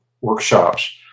workshops